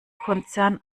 konzern